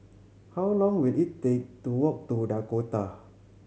how long will it take to walk to Dakota